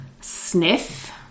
Sniff